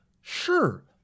sure